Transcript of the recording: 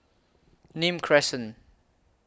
Nim Crescent